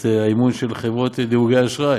את האמון של חברות דירוג האשראי,